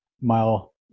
mile